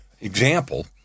example